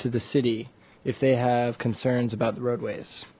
to the city if they have concerns about the roadways